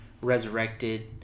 resurrected